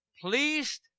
pleased